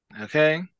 Okay